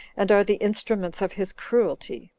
and are the instruments of his cruelty.